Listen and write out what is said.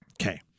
Okay